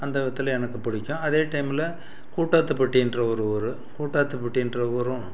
அந்த விதத்தில் எனக்கு பிடிக்கும் அதே டைமில் கூட்டாத்துப்பட்டின்ற ஒரு ஊர் கூட்டாத்து பட்டின்ற ஊரும்